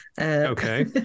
Okay